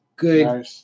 Good